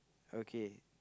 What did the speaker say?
okay